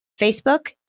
Facebook